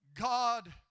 God